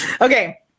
Okay